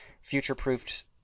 future-proofed